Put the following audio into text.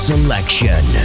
Selection